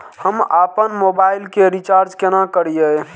हम आपन मोबाइल के रिचार्ज केना करिए?